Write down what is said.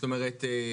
זאת אומרת,